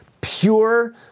pure